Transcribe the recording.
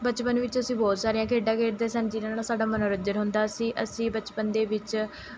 ਬਚਪਨ ਵਿੱਚ ਅਸੀਂ ਬਹੁਤ ਸਾਰੀਆਂ ਖੇਡਾਂ ਖੇਡਦੇ ਸਨ ਜਿਨ੍ਹਾਂ ਨਾਲ਼ ਸਾਡਾ ਮਨੋਰੰਜਨ ਹੁੰਦਾ ਸੀ ਅਸੀਂ ਬਚਪਨ ਦੇ ਵਿੱਚ